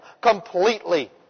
completely